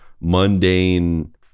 mundane